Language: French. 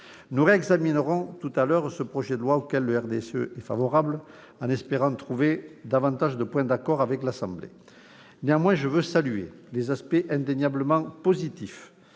Nous réexaminerons tout à l'heure ce projet de loi, auquel le RDSE est favorable, en espérant trouver davantage de points d'accord avec l'Assemblée nationale. Néanmoins, je veux saluer les aspects indéniablement positifs